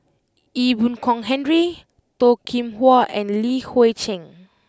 Ee Boon Kong Henry Toh Kim Hwa and Li Hui Cheng